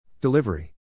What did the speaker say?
Delivery